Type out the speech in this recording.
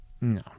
No